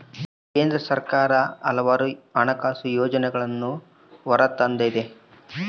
ಕೇಂದ್ರ ಸರ್ಕಾರ ಹಲವಾರು ಹಣಕಾಸು ಯೋಜನೆಗಳನ್ನೂ ಹೊರತಂದತೆ